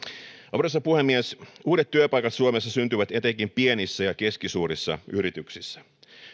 arvoisa puhemies uudet työpaikat suomessa syntyvät etenkin pienissä ja keskisuurissa yrityksissä